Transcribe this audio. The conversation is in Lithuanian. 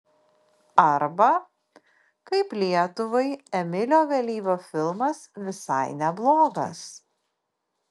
arba kaip lietuvai emilio vėlyvio filmas visai neblogas